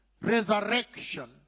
resurrection